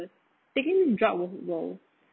taking this drug will will